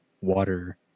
water